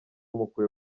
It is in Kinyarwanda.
mukwiye